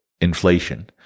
inflation